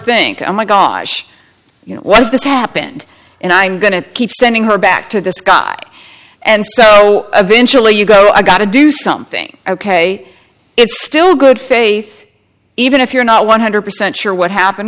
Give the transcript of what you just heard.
think oh my gosh you know what if this happened and i'm going to keep sending her back to this guy and so eventually you go i got to do something ok it's still good faith even if you're not one hundred percent sure what happened